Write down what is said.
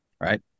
right